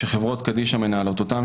שחברות קדישא מנהלות אותם,